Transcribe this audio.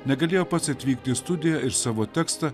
negalėjo pats atvykti į studiją ir savo tekstą